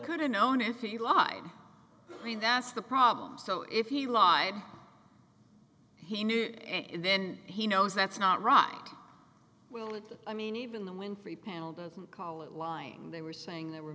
could have known if he lied i mean that's the problem so if he lied he knew it and then he knows that's not right well and i mean even the winfrey panel didn't call it lying they were saying they were